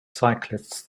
cyclists